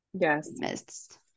Yes